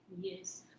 Yes